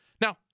Now